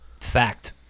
Fact